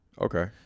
Okay